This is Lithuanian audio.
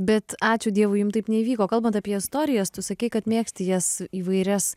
bet ačiū dievui jum taip neįvyko kalbant apie istorijas tu sakei kad mėgsti jas įvairias